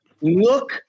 look